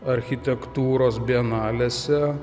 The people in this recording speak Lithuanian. architektūros bienalėse